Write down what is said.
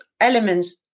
elements